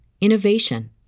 innovation